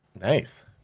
Nice